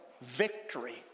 victory